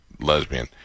lesbian